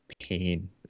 pain